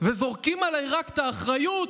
וזורקים עליי רק את האחריות,